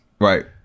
Right